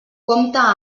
compta